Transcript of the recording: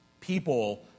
People